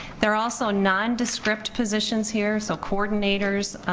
there are also nondescript positions here, so coordinators.